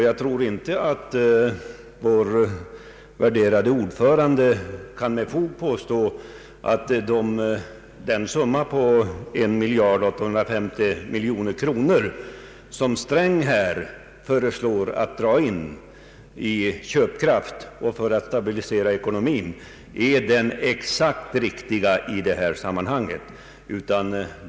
Jag tror inte att vår värderade ordförande kan med fog påstå att den köpkraftsindragning på 1 miljard 850 miljoner som herr Sträng föreslår för att stabilisera ekonomin är den exakt riktiga i det här läget.